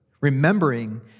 remembering